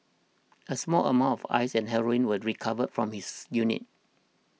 a small amount of Ice and heroin were recovered from his unit